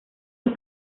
los